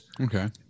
Okay